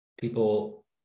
people